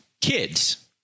Kids